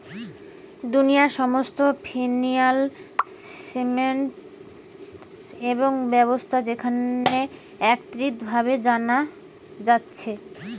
দুনিয়ার সমস্ত financial system এবং সংস্থা যেখানে একত্রিত ভাবে জানা যাতিছে